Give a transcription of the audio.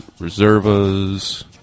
Reservas